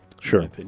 sure